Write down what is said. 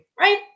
right